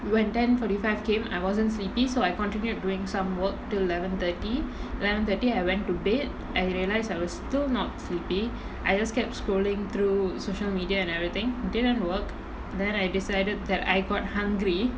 when ten forty five came I wasn't sleepy so I continued doing some work till eleven thirty eleven thirty I went to bed and I realise I was still not sleepy I just kept scrolling through social media and everything didn't work then I decided that I got hungry